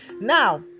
Now